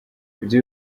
ibyo